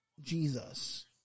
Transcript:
Jesus